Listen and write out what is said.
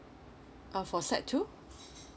uh for sec two